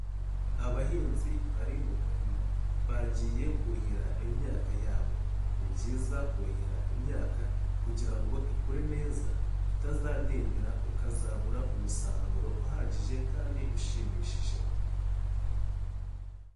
Abahinzi bari mu murima bagiye kuhira imyaka yabo. Ni byiza kuhira imyaka kugira ngo ikure neza, itazadindira ukazabura umusaruro uhagije kandi ushimishije.